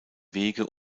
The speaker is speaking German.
wege